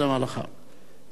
גילאון,